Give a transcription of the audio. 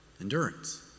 Endurance